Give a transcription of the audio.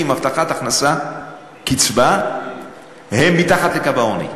קצבת הבטחת הכנסה הם מתחת לקו העוני.